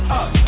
up